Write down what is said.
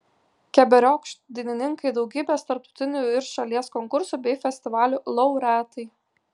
keberiokšt dainininkai daugybės tarptautinių ir šalies konkursų bei festivalių laureatai